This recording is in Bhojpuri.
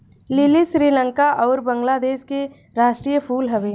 लीली श्रीलंका अउरी बंगलादेश के राष्ट्रीय फूल हवे